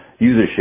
usership